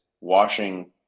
washing